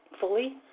fully